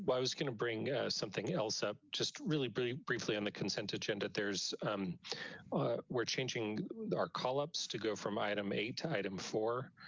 but i was gonna bring something else up just really really briefly on the consent agenda. there's we're changing our call ups to go from item eight item for